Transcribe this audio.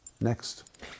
next